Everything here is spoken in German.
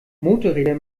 motorräder